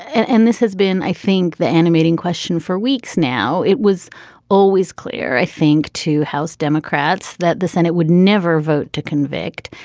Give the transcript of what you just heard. and this has been, i think, the animating question for weeks now. it was always clear, i think, to house democrats that the senate would never vote to convict.